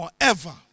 forever